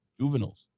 Juveniles